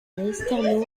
ernesto